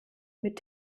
mit